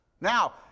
Now